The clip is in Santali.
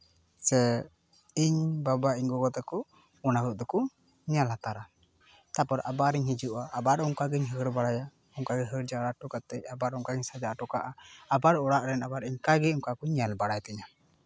ᱥᱮ ᱤᱧ ᱵᱟᱵᱟ ᱤᱧ ᱜᱚᱜᱚ ᱛᱟᱠᱚ ᱚᱱᱟ ᱠᱚᱫᱚ ᱠᱚ ᱧᱮᱞ ᱦᱟᱛᱟᱲᱟ ᱛᱟᱨᱯᱚᱨ ᱟᱵᱟᱨ ᱤᱧ ᱦᱤᱡᱩᱜᱼᱟ ᱟᱵᱟᱨ ᱚᱱᱠᱟ ᱜᱮᱧ ᱦᱟᱹᱨ ᱵᱟᱲᱟᱭᱟ ᱚᱱᱠᱟᱜᱮ ᱦᱟᱹᱨ ᱡᱟᱣᱨᱟ ᱦᱚᱴᱚ ᱠᱟᱛᱮ ᱟᱵᱟᱨ ᱚᱱᱠᱟᱜᱮᱧ ᱥᱟᱡᱟᱣ ᱦᱚᱴᱚ ᱠᱟᱜᱼᱟ ᱟᱵᱟᱨ ᱚᱲᱟᱜ ᱨᱮᱱ ᱚᱱᱠᱟᱜᱮ ᱚᱱᱠᱟ ᱠᱚ ᱧᱮᱞ ᱵᱟᱲᱟᱭ ᱛᱤᱧᱟᱹ